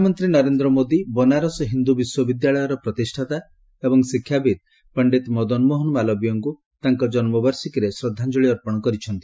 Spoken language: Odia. ପ୍ରଧାନମନ୍ତ୍ରୀ ନରେନ୍ଦ୍ର ମୋଦୀ ବନାରସ ହିନ୍ଦୁ ବିଶ୍ୱବିଦ୍ୟାଳୟର ପ୍ରତିଷ୍ଠାତା ଏବଂ ଶିକ୍ଷାବିତ୍ ପଶ୍ଚିତ ମଦନମୋହନ ମାଲବୀୟଙ୍କୁ ତାଙ୍କ ଜନ୍ମବାର୍ଷିକୀରେ ଶ୍ରଦ୍ଧାଞ୍ଚଳି ଅର୍ପଣ କରିଛନ୍ତି